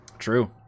true